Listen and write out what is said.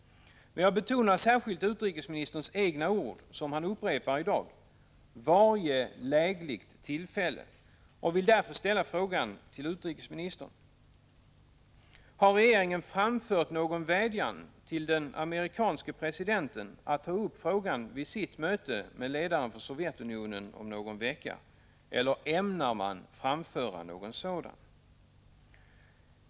Men samtidigt som jag särskilt vill peka på utrikesministerns egna ord, som han upprepar i dag, nämligen ”varje lägligt tillfälle”, vill jag ställa följande fråga till utrikesministern: Har regeringen framfört någon vädjan till den amerikanske presidenten att ta upp frågan vid sitt möte med ledaren för Sovjetunionen om någon vecka eller ämnar regeringen framföra en sådan vädjan?